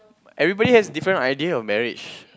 everybody has a different idea of marriage